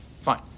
Fine